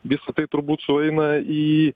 visą tai turbūt sueina į